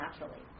naturally